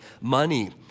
money